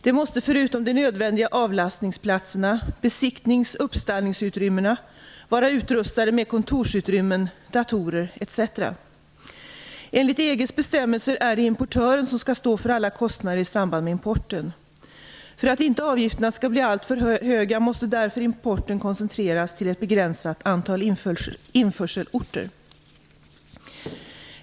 De måste, förutom de nödvändiga avlastningsplatserna, besiktnings och uppstallningsutrymmena, vara utrustade med kontorsutrymmen, datorer, etc. Enligt EG:s bestämmelser är det importören som skall stå för alla kostnader i samband med importen. För att inte avgifterna skall bli alltför höga måste därför importen koncentreras till ett begränsat antal införselorter.